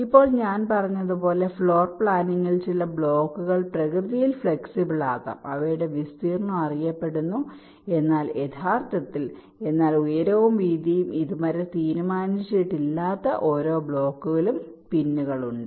ഇപ്പോൾ ഞാൻ പറഞ്ഞതുപോലെ ഫ്ലോർ പ്ലാനിംഗിൽ ചില ബ്ലോക്കുകൾ പ്രകൃതിയിൽ ഫ്ലെക്സിബിൾ ആകാം അവയുടെ വിസ്തീർണ്ണം അറിയപ്പെടുന്നു എന്ന അർത്ഥത്തിൽ എന്നാൽ ഉയരവും വീതിയും ഇതുവരെ തീരുമാനിച്ചിട്ടില്ല കൂടാതെ ഓരോ ബ്ലോക്കിലും പിന്നുകൾ ഉണ്ട്